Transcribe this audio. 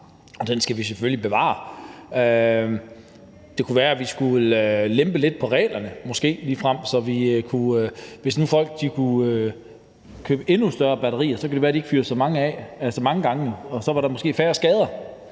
og den skal vi selvfølgelig bevare. Det kunne være, at vi måske ligefrem skulle lempe lidt på reglerne. Hvis nu folk kunne købe endnu større batterier, kunne det være, at folk ikke ville fyre så mange af og ikke gøre det så mange gange, og så var der måske færre skader.